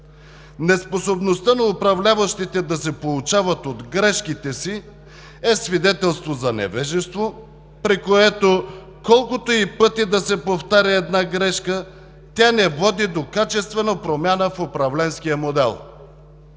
Неспособността на управляващите да се поучават от грешките си е свидетелство за невежество, при което колкото и пъти да се повтаря една грешка, тя не води до качествена промяна в управленския модел.